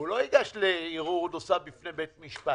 הוא לא ייגש לערעור נוסף בפני בית משפט.